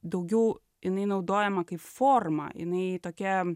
daugiau jinai naudojama kaip forma jinai tokia